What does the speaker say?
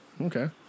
Okay